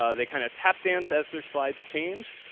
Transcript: ah they kind of tap dance as their slides change,